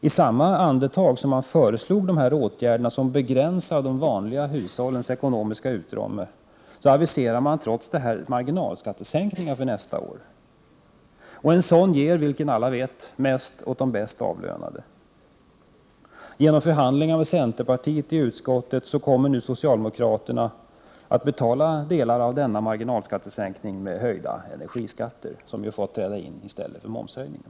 I samma andetag som man föreslog dessa åtgärder, som begränsar de vanliga hushållens ekonomiska utrymme, aviserade man en marginalskattesänkning för nästa år. En sådan ger, vilket alla vet, mest åt de bäst avlönade. Genom förhandlingar med centerpartiet i utskottet kommer nu socialdemokraterna att betala delar av denna marginalskattesänkning med höjda energiskatter, vilket ju fått inträda i stället för momshöjningen.